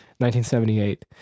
1978